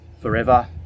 forever